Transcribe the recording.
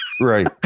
Right